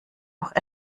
noch